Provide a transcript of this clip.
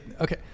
Okay